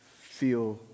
feel